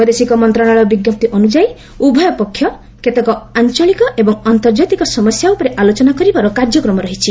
ବୈଦେଶିକ ମନ୍ତ୍ରଣାଳୟ ବିଞ୍ଜପ୍ତି ଅନ୍ରଯାୟୀ ଉଭୟ ପକ୍ଷ କେତେକ ଆଞ୍ଚଳିକ ଏବଂ ଅନ୍ତର୍ଜାତିକ ସମସ୍ୟା ଉପରେ ଆଲୋଚନା କରିବାର କାର୍ଯ୍ୟକ୍ରମ ରହିଛି